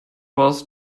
was